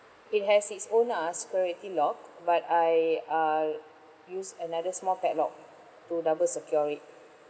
it has its own security lock but I uh use another small padlock to double secure it